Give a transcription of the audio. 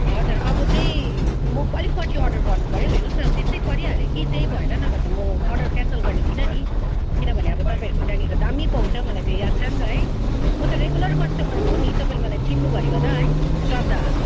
हजुर अब चाहिँ म अलिक पछि अर्डर गर्नु पर्यो हौ हेर्नुहोस् न त्यस्तै परिहाल्यो कि त्यही भएर न भए त म अर्डर क्यान्सल गर्ने थिइनँ नि किनभने अब तपाईँहरूको त्यहाँनिर दामी पाउँछ मलाई त्यो याद छ नि त है म त रेगुलर कस्टमर हो नि तपाईँले मलाई चिन्नु भयो होला है श्रद्धा